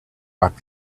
back